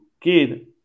kid